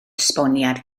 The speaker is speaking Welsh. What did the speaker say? esboniad